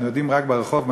אנחנו יודעים רק מהרחוב,